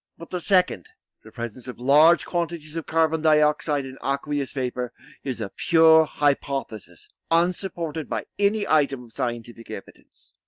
but the second the presence of large quantities of carbon-dioxide and aqueous vapour is a pure hypothesis unsupported by any item of scientific evidence,